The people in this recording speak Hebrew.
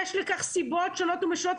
יש לכך סיבות שונות ומשונות,